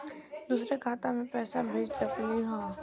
दुसरे खाता मैं पैसा भेज सकलीवह?